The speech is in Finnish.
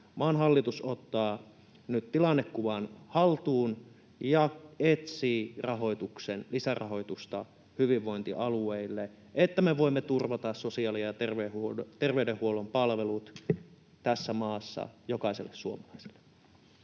maan hallitus ottaa nyt tilannekuvan haltuun ja etsii lisärahoitusta hyvinvointialueille, että me voimme turvata sosiaali- ja terveydenhuollon palvelut tässä maassa jokaiselle suomalaiselle.